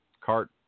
cart